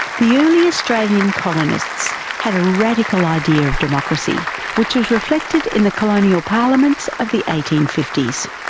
the early australian colonialist had a radical idea of democracy which was reflected in the colonial parliaments of the eighteen fifty s.